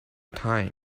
time